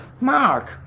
Mark